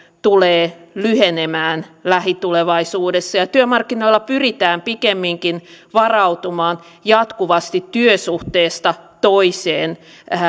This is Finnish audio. tulee lyhenemään lähitulevaisuudessa ja työmarkkinoilla pyritään pikemminkin varautumaan jatkuvasti työsuhteesta toiseen